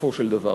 בסופו של דבר.